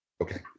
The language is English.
Okay